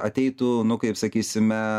ateitų nu kaip sakysime